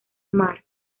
mark